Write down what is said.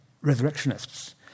resurrectionists